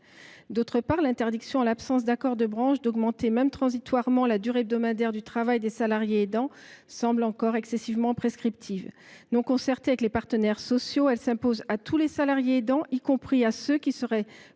Ensuite, l’interdiction, en l’absence d’accord de branche, d’augmenter, même transitoirement, la durée hebdomadaire du travail des salariés aidants semble excessivement prescriptive. Non négociée avec les partenaires sociaux, elle s’impose à tous les salariés aidants, y compris à ceux qui seraient